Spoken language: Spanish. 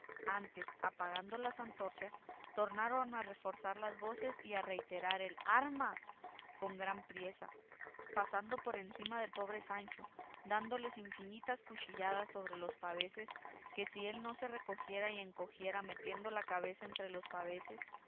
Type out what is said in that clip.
antes apagando las antorchas tornaron a reforzar las voces y a reiterar el arma con tan gran priesa pasando por encima del pobre sancho dándole infinitas cuchilladas sobre los paveses que si él no se recogiera y encogiera metiendo la cabeza entre los paveses